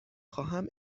خواهم